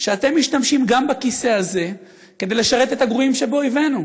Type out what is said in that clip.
שאתם משתמשים גם בכיסא הזה כדי לשרת את הגרועים שבאויבינו.